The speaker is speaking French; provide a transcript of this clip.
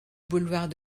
boulevard